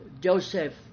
Joseph